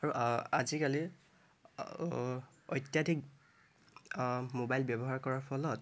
আৰু আজিকালি অত্যাধিক মোবাইল ব্যৱহাৰ কৰাৰ ফলত